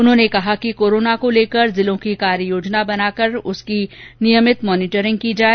उन्होंने कहा कि कोरोना को लेकर जिलों की कार्ययोजना बनाकर उसकी नियमित मॉनिटरिंग की जाय